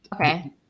Okay